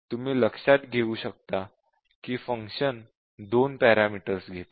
तुम्ही लक्षात घेऊ शकता की फंक्शन दोन पॅरामीटर्स घेते